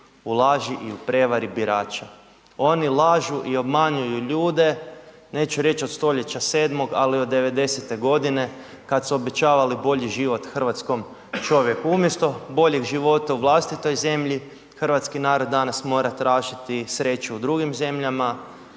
u laži i u prevari birača, oni lažu i obmanjuju ljude, neću reć od stoljeća sedmog, al od 90.g. kad su obećavali bolji život hrvatskom čovjeku. Umjesto boljeg života u vlastitoj zemlji, hrvatski narod danas mora tražiti sreću u drugim zemljama,